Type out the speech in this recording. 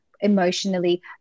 emotionally